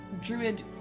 druid